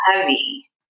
heavy